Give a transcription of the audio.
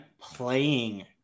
playing